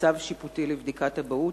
לצו שיפוטי לבדיקת אבהות.